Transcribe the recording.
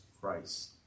Christ